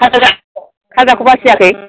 खाजा जा खाजाखौ बासियाखै